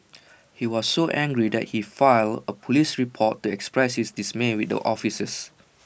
he was so angry that he filed A Police report to express his dismay with the officers